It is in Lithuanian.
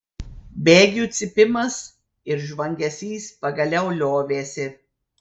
bėgių cypimas ir žvangesys pagaliau liovėsi